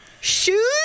shoes